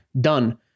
Done